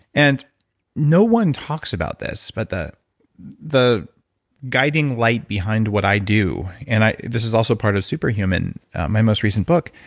and no one talks about this. but the the guiding light behind what i do. and this is also part of superhuman my most recent book,